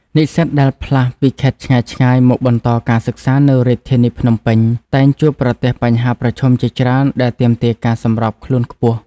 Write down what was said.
និស្សិតដែលផ្លាស់ពីខេត្តឆ្ងាយៗមកបន្តការសិក្សានៅរាជធានីភ្នំពេញ តែងជួបប្រទះបញ្ហាប្រឈមជាច្រើនដែលទាមទារការសម្របខ្លួនខ្ពស់។